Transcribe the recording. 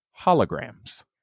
holograms